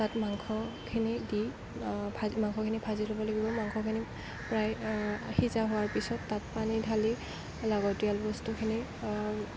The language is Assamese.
তাত মাংসখিনি দি মাংসখিনি ভাজি ল'ব লাগিব মাংসখিনি প্ৰায় সিজা হোৱাৰ পিছত তাত পানী ঢালি লাগতীয়াল বস্তুখিনি